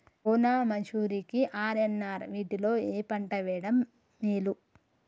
సోనా మాషురి కి ఆర్.ఎన్.ఆర్ వీటిలో ఏ పంట వెయ్యడం మేలు?